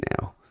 now